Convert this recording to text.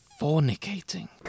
Fornicating